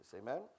Amen